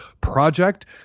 Project